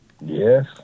Yes